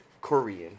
Korean